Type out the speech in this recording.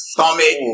Stomach